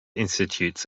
institutes